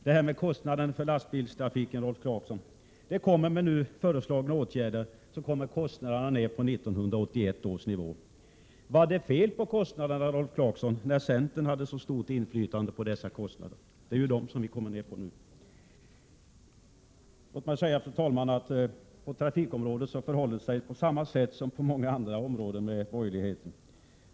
Fru talman! Med nu föreslagna åtgärder kommer kostnaderna för lastbilstrafiken ned på 1981 års nivå, Rolf Clarkson. Var det fel på kostnaderna när centern hade så stort inflytande över dessa kostnader? Låt mig säga, fru talman, att det på trafikområdet förhåller sig på samma sätt som på många andra områden när det gäller borgerligheten.